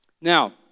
Now